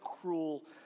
cruel